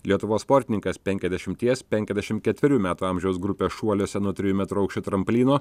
lietuvos sportininkas penkiasdešimties penkiasdešimt ketverių metų amžiaus grupės šuoliuose nuo trijų metrų aukščio tramplyno